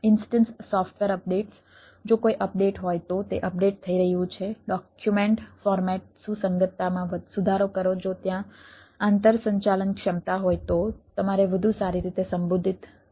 instance software updates સુસંગતતામાં સુધારો કરો જો ત્યાં આંતરસંચાલનક્ષમતા હોય તો તમારે વધુ સારી રીતે સંબોધિત કરવું જોઈએ